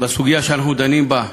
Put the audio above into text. בסוגיה שאנחנו דנים בה,